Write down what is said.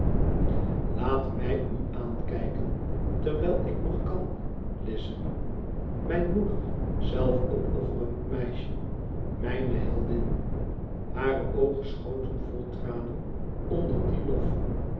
laat mij u aankijken terwijl ik nog kan lize mijn moedig zelfopofferend meisje mijne heldin hare oogen schoten vol tfanen onder dien lof